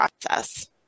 process